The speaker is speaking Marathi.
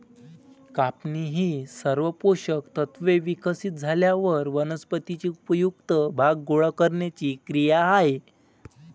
कापणी ही सर्व पोषक तत्त्वे विकसित झाल्यावर वनस्पतीचे उपयुक्त भाग गोळा करण्याची क्रिया आहे